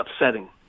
upsetting